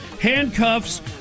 handcuffs